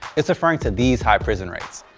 it's referring to these high prison rates.